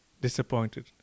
disappointed